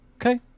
okay